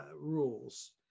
rules